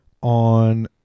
on